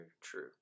true